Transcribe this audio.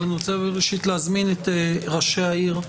אבל אני רוצה ראשית להזמין את ראשי העיר,